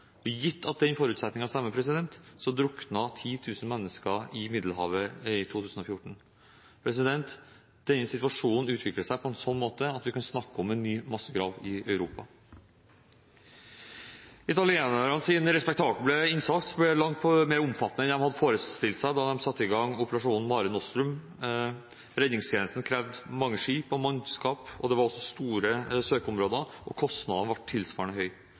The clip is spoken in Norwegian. funnet. Gitt at den forutsetningen stemmer, druknet 10 000 mennesker i Middelhavet i 2014. Denne situasjonen utvikler seg på en sånn måte at vi kan snakke om en ny massegrav i Europa. Italienernes respektable innsats ble langt mer omfattende enn de hadde forestilt seg da de satte i gang operasjonen Mare Nostrum. Redningstjenesten krevde mange skip og mannskap, det var også store søkeområder, og kostnadene ble tilsvarende